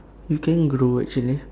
you can grow actually